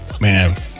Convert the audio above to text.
man